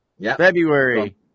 February